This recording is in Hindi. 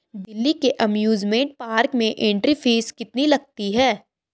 दिल्ली के एमयूसमेंट पार्क में एंट्री फीस कितनी लगती है?